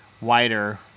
wider